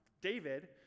David